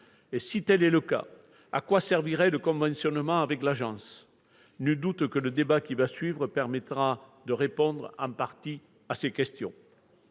? Si tel est le cas, à quoi servirait le conventionnement avec l'agence ? Nul doute que le débat qui va suivre permettra de répondre en partie à ces questions.